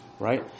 right